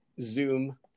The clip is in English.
zoom